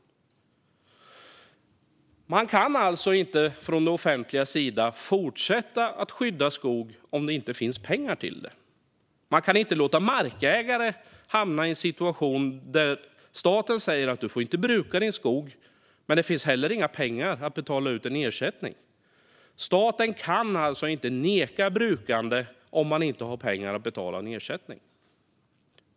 Det offentliga kan alltså inte fortsätta att skydda skog om det inte finns pengar till det. Man kan inte låta markägare hamna i en situation där staten säger att de inte får bruka sin skog men att det heller inte finns några pengar att betala ut i ersättning. Staten kan inte neka brukande om man inte har pengar att betala ut ersättning.